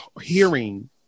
hearing